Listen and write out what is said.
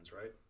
right